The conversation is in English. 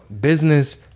business